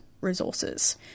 resources